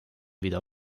wieder